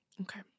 Okay